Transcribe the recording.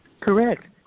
Correct